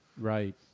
Right